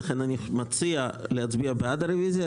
לכן אני מציע להצביע בעד הרוויזיה,